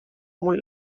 mul